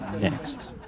next